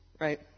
right